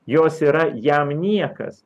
jos yra jam niekas